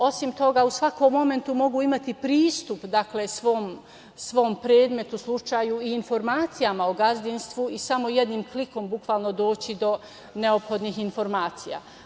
Osim toga, u svakom momentu mogu imati pristup, dakle svom predmetu, slučaju i informacijama o gazdinstvu i samo jednim klikom bukvalno doći do neophodnih informacija.